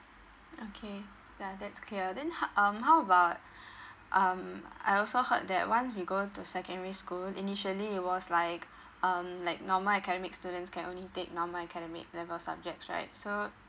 okay ya that's clear then how um how about um I also heard that once we go to secondary school initially it was like um like normal academic students can only take normal academic level subjects right so